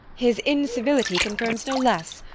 his incivility confirms no less.